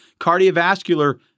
cardiovascular